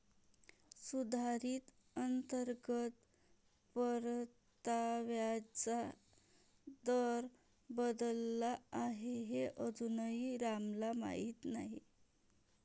सुधारित अंतर्गत परताव्याचा दर बदलला आहे हे अजूनही रामला माहीत नाही